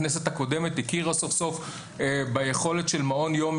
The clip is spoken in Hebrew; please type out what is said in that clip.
הכנסת הקודמת הכירה סוף-סוף ביכולת של מעון יום